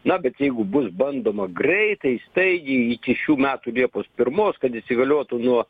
na bet jeigu bus bandoma greitai staigiai iki šių metų liepos pirmos kad įsigaliotų nuo